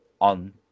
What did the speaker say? on